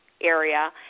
area